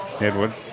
Edward